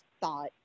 thought